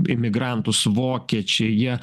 imigrantus vokiečiai jie